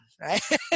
right